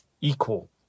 equal